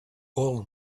all